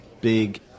big